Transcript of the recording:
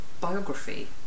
biography